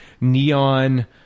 neon